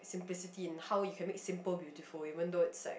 simplicity and how you can make simple beautiful even though it's like